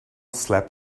slept